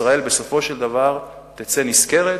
ישראל בסופו של דבר תצא נשכרת.